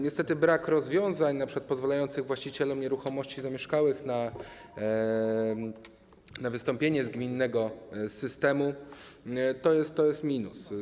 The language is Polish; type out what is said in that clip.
Niestety brak rozwiązań np. pozwalających właścicielom nieruchomości zamieszkałych na wystąpienie z gminnego systemu, to jest minus.